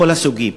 מכל הסוגים.